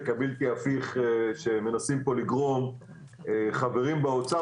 הבלתי הפיך שמנסים פה לגרום חברים באוצר,